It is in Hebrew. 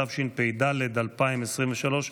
התשפ"ד 2023,